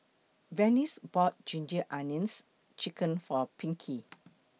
Venice bought Ginger Onions Chicken For Pinkie